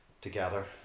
together